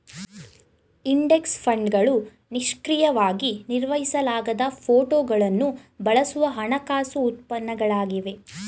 index ಫಂಡ್ಗಳು ನಿಷ್ಕ್ರಿಯವಾಗಿ ನಿರ್ವಹಿಸಲಾಗದ ಫೋಟೋಗಳನ್ನು ಬಳಸುವ ಹಣಕಾಸು ಉತ್ಪನ್ನಗಳಾಗಿವೆ